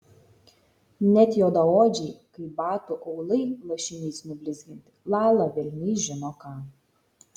net juodaodžiai kaip batų aulai lašiniais nublizginti lala velniai žino ką